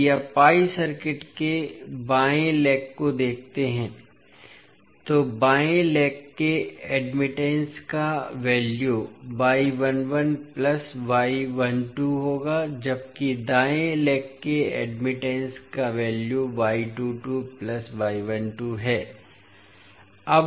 यदि आप pi circuit के बाएं लेग को देखते हैं तो बाएं पैर के एडमिटेंस का वैल्यू होगा जबकि दाएं पैर के एडमिटेंस का वैल्यू है